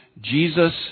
Jesus